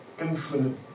Infinite